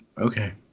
okay